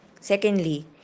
secondly